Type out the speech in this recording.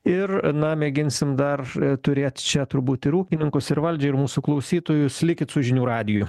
ir na mėginsim dar turėt čia turbūt ir ūkininkus ir valdžią ir mūsų klausytojus likit su žinių radiju